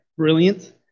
Brilliant